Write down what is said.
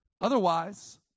Otherwise